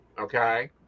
okay